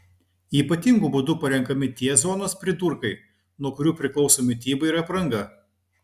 ypatingu būdu parenkami tie zonos pridurkai nuo kurių priklauso mityba ir apranga